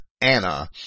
anna